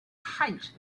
height